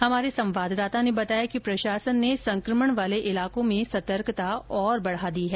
हमारे संवाददाता ने बताया कि प्रशासन ने संकमण वाले इलाकों में सतर्कता और बढ़ा दी है